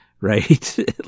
Right